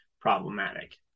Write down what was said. problematic